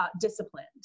disciplined